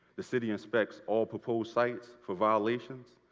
the city inspects all proposed sites for violations.